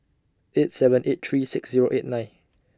eight seven eight three six Zero eight nine